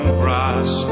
grass